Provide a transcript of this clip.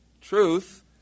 truth